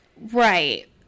right